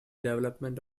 development